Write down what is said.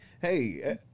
hey